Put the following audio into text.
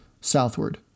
southward